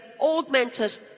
augmented